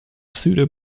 pseudo